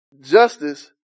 justice